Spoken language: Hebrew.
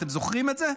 אתם זוכרים את זה?